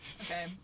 Okay